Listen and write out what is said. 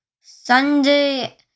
Sunday